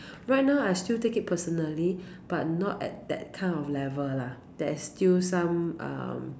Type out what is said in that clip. right now I still take it personally but not at that kind of level lah there's still some um